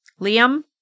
Liam